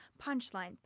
punchline